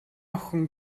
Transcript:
охин